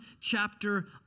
chapter